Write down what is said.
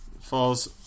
falls